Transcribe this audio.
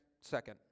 second